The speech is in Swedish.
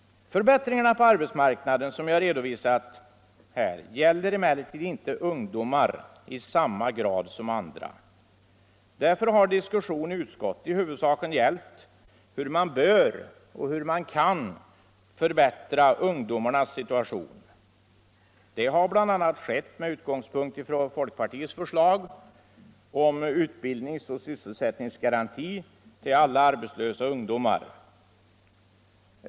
Förbättringarna på arbetsmarknaden som jag redovisat här gäller emellertid inte ungdomar i samma grad som andra. Därför har diskussionen i utskottet i huvudsak gällt hur man bör och hur man kan förbättra ungdomarnas situation. Det har bl.a. skett med utgångspunkt i folkpartiets förslag om utbildningsoch sysselsättningsgaranti till alla arbetslösa ungdomar.